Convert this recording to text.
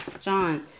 John